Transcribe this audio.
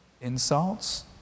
insults